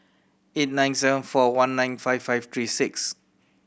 eight nine seven four one nine five five three six